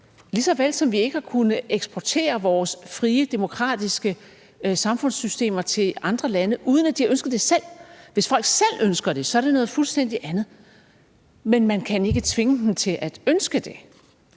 lige såvel som vi ikke har kunnet eksportere vores frie demokratiske samfundssystemer til andre lande, uden at de ønsker det selv. Hvis folk selv ønsker det, er det noget fuldstændig andet. Men man kan ikke tvinge dem til at ønske det.